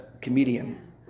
comedian